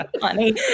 funny